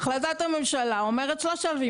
החלטת הממשלה אומרת 3,000,